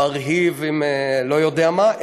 מרהיב עם לא יודע מה,